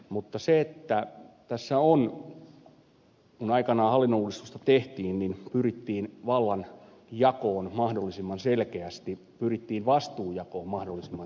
mutta kun aikanaan hallinnonuudistusta tehtiin niin pyrittiin vallanjakoon mahdollisimman selkeästi pyrittiin vastuunjakoon mahdollisimman selkeästi